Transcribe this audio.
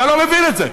אתה לא מבין את זה.